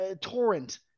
torrent